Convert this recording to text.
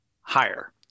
higher